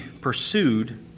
pursued